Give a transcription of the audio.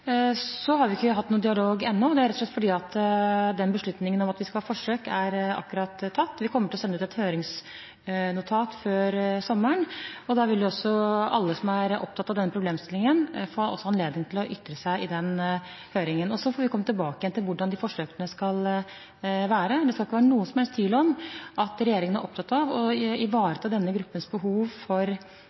ennå, rett og slett fordi beslutningen om at vi skal ha forsøk, akkurat er tatt. Vi kommer til å sende ut et høringsnotat før sommeren. Da vil også alle som er opptatt av denne problemstillingen, få anledning til å ytre seg i den høringen. Så får vi komme tilbake igjen til hvordan disse forsøkene skal være. Det skal ikke være noen som helst tvil om at regjeringen er opptatt av å ivareta denne gruppens behov for